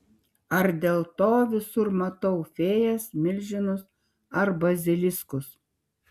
ar dėl to visur matau fėjas milžinus ar baziliskus